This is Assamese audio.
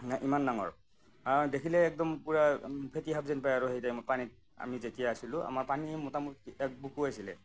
নে ইমান ডাঙৰ আ দেখিলে একদম পোৰা ফেঁটী সাপ যেন পায় আৰু সেই টাইমত পানীত আমি যেতিয়া আছিলোঁ আমাৰ পানী মোটামুটি এক বুকু আছিলে